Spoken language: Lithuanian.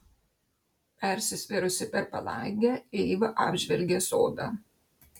persisvėrusi per palangę eiva apžvelgė sodą